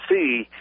see